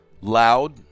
loud